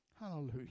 Hallelujah